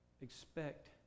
Expect